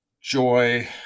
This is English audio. Joy